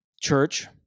church